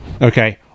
Okay